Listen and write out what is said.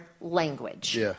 language